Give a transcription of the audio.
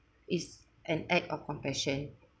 is an act of compassion